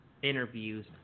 interviews